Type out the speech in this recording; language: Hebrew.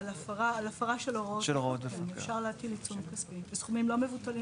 על הוראה של הפרות אפשר להטיל עיצומים כספיים בסכומים לא מבוטלים.